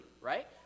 right